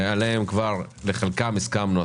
שלחלקם הסכמנו,